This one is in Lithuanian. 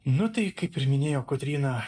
nu tai kaip ir minėjo kotryna